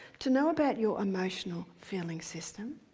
to know about your emotional feeling system,